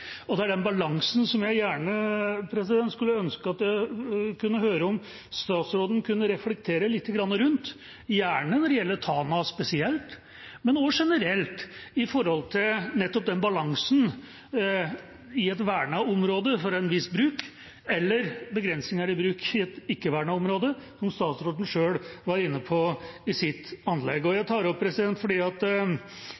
er den balansen jeg gjerne skulle ønske at statsråden kunne reflektere litt rundt, gjerne når det gjelder Tana spesielt, men også generelt, med tanke på nettopp den balansen i et verna område for en viss bruk, eller begrensninger i bruk i et ikke-verna område, som statsråden selv var inne på i sitt innlegg. Jeg tar det opp fordi vi har diskutert laks og